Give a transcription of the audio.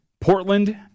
Portland